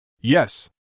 Yes